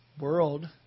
world